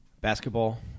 Basketball